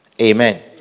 Amen